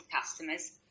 customers